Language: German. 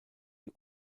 die